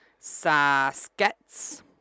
Saskets